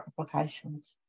applications